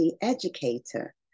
educator